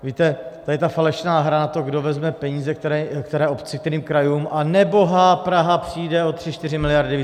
Víte, tady ta falešná hra na to, kdo vezme peníze které obci, kterým krajům, a nebohá Praha přijde o tři čtyři miliardy.